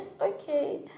Okay